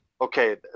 okay